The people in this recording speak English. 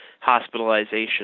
hospitalization